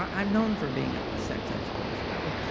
i'm known for being a sex expert, as well.